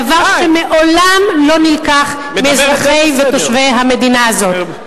דבר שמעולם לא נלקח מאזרחי ותושבי המדינה הזאת.